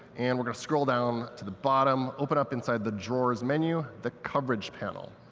and we're going to scroll down to the bottom, open up inside the drawers menu, the coverage panel.